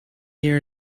year